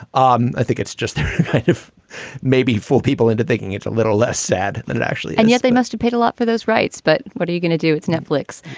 um i think it's just there maybe for people into thinking it's a little less sad than it actually and yes, they must've paid a lot for those rights. but what are you going to do? it's netflix.